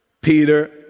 Peter